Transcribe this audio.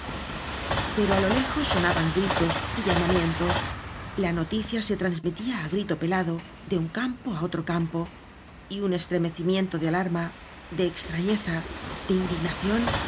pero á lo lejos sonaban gritos y llamamien tos la noticia se transmitía á grito pelado de un campo á otro campo y un estremecimientode alarma de extrañeza de indignación